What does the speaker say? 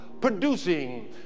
producing